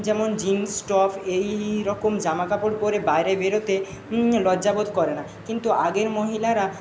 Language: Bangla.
যেমন জিন্স টপ এই রকম জামা কাপড় পরে বাইরে বেরোতে লজ্জা বোধ করে না কিন্তু আগের মহিলারা